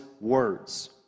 words